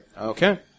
Okay